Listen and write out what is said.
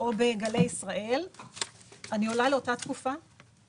או בגלי ישראל אני עולה לאותה תקופה.